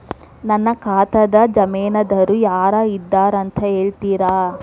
ನನ್ನ ಖಾತಾದ್ದ ಜಾಮೇನದಾರು ಯಾರ ಇದಾರಂತ್ ಹೇಳ್ತೇರಿ?